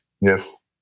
Yes